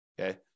okay